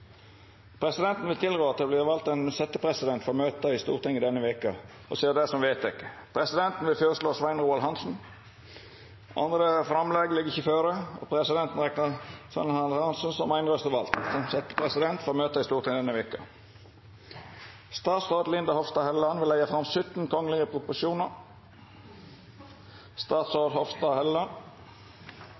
Presidenten tilrår at det vert vald ein setjepresident for møta i Stortinget denne veka. – Det er vedteke. Presidenten føreslår Svein Roald Hansen. – Andre framlegg ligg ikkje føre, og presidenten reknar Svein Roald Hansen som samrøystes vald som setjepresident for møta i Stortinget denne veka.